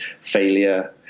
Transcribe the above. failure